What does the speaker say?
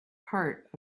part